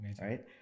right